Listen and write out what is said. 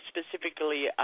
specifically